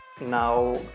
now